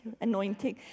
anointing